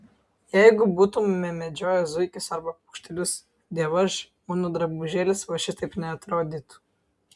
jeigu būtumėme medžioję zuikius arba paukštelius dievaž mano drabužėlis va šitaip neatrodytų